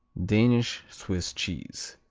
danish swiss cheese